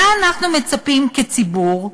מה אנחנו מצפים, כציבור,